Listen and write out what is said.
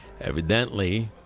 Evidently